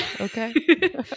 okay